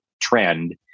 trend